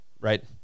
right